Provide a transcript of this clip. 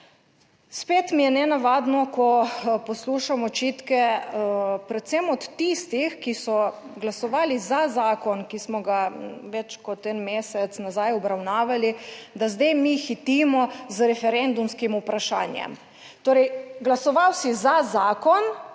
Spet mi je nenavadno, ko poslušam očitke predvsem od tistih, ki so glasovali za zakon, ki smo ga več kot en mesec nazaj obravnavali, da zdaj mi hitimo z referendumskim vprašanjem. Torej, glasoval si za zakon,